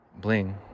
Bling